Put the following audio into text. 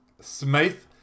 Smith